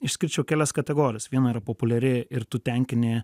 išskirčiau kelias kategorijas viena yra populiari ir tu tenkini